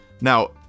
now